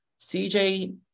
CJ